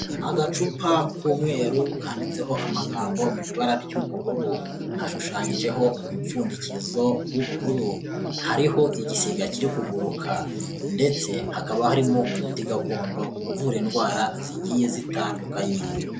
Agacupa k'umweru kandiditseho amagambo mu ibara ry'ubururu, hashushanyijeho umupfundikizo w'ubururu, hariho igisiga kiri kuguruka ndetse hakaba harimo umuti gakondo uvura indwara zigiye zitandukanye.